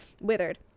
withered